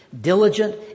diligent